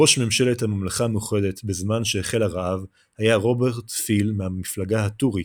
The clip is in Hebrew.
ראש ממשלת הממלכה המאוחדת בזמן שהחל הרעב היה רוברט פיל מהמפלגה הטורית,